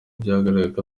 byagaragaraga